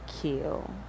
kill